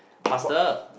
faster